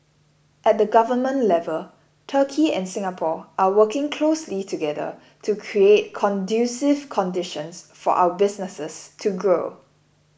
at the government level Turkey and Singapore are working closely together to create conducive conditions for our businesses to grow